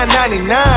$9.99